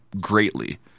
greatly